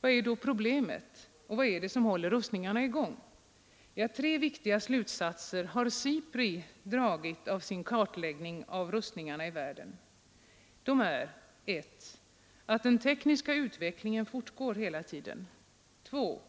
Vad är då problemet? Vad är det som håller rustningarna i gång? Tre viktiga slutsatser har SIPRI dragit av sin kartläggning av rustningarna i världen. De är: 1. att den tekniska utvecklingen fortgår hela tiden, 2. att